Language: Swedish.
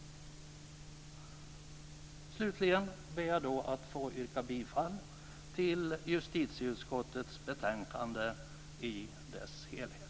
Slutligen ber jag att få yrka bifall till justitieutskottets hemställan i dess helhet.